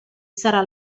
sarà